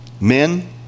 men